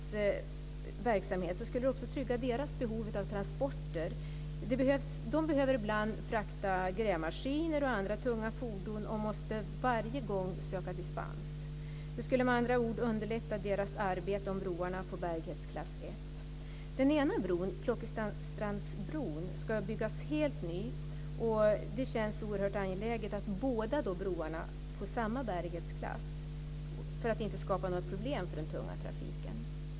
Det skulle också trygga Räddningsverkets behov av transporter i sin verksamhet. De behöver ibland frakta grävmaskiner och andra tunga fordon och måste varje gång söka dispens. Det skulle med andra ord underlätta deras arbete om broarna får bärighetsklass 1. Den ena bron, Klockestrandsbron, ska byggas helt ny. Det känns oerhört angeläget att båda broarna får samma bärighetsklass, så att det inte skapas problem för den tunga trafiken.